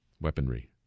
weaponry